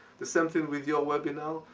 the same thing with your webinar.